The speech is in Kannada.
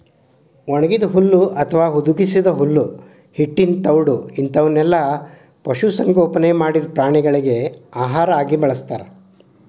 ಒಣಗಿದ ಹುಲ್ಲು ಅತ್ವಾ ಹುದುಗಿಸಿದ ಹುಲ್ಲು ಹಿಟ್ಟಿನ ತೌಡು ಇಂತವನ್ನೆಲ್ಲ ಪಶು ಸಂಗೋಪನೆ ಮಾಡಿದ ಪ್ರಾಣಿಗಳಿಗೆ ಆಹಾರ ಆಗಿ ಬಳಸ್ತಾರ